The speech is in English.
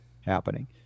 happening